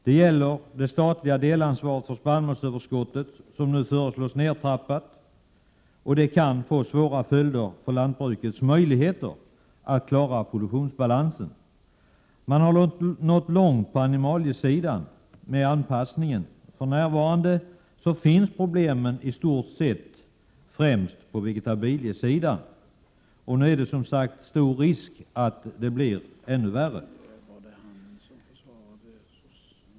Det gäller det statliga delansvaret för spannmålsöverskottet som föreslås bli nertrappat, och de kan få svåra följder för lantbrukets möjligheter att klara produktionsbalansen. Man har på animaliesidan nått långt med anpassningen, och problemen finns för närvarande i stort sett främst på vegetabiliesidan. Det är stor risk att det blir ännu värre.